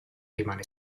rimane